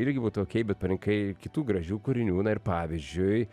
irgi būtų okei bet parinkai kitų gražių kūrinių na ir pavyzdžiui